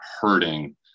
hurting